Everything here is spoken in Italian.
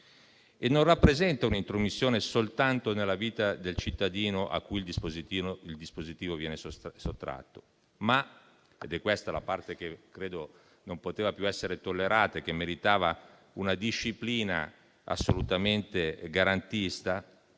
Non rappresenta un'intromissione soltanto nella vita del cittadino a cui il dispositivo viene sottratto, ma anche - ed è questa la parte che credo non potesse più essere tollerata e meritasse una disciplina assolutamente garantista,